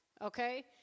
okay